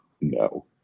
no